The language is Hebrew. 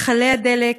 מכלי הדלק,